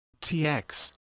TX